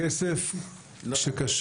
לא יעבור.